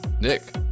Nick